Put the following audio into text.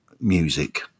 music